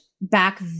back